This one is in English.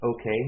okay